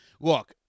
Look